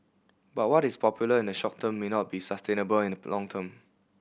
but what is popular in the short term may not be sustainable in the long term